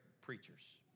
preachers